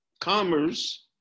commerce